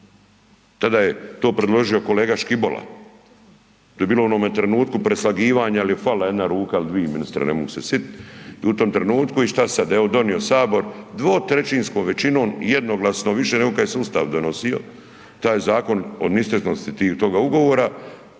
Tada je to predložio kolega Škibola, to je bilo u onome trenutku preslagivanja jel je falila jedna ruka ili dvi, ministre ne mogu se sitit i u tom trenutku i šta sada, evo donio Sabor dvotrećinskom većinom jednoglasno, više nego kad se je Ustav donosio, taj zakon od ništetnosti toga ugovora.